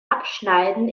abschneiden